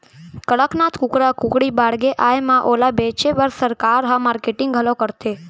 कड़कनाथ कुकरा कुकरी बाड़गे आए म ओला बेचे बर सरकार ह मारकेटिंग घलौ करथे